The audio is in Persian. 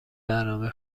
برنامه